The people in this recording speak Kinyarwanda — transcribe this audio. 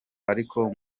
ariko